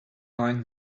line